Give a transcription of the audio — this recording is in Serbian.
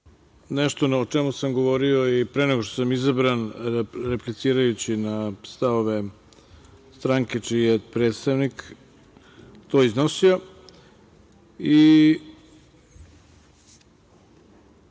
nešto o čemu sam govorio i pre nego što sam izabran, replicirajući na stavove stranke čiji je predstavnik to iznosio.